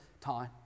time